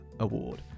award